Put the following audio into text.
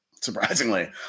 Surprisingly